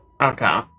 Okay